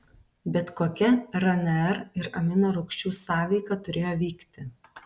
bet kokia rnr ir aminorūgščių sąveika turėjo vykti